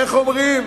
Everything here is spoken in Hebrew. איך אומרים